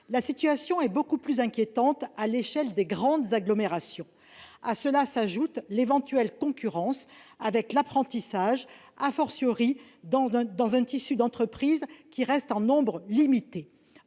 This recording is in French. la situation est beaucoup plus inquiétante à l'échelle des grandes agglomérations. À cela s'ajoute l'éventuelle concurrence avec l'apprentissage, dans un tissu d'entreprises en nombre limité.